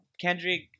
Kendrick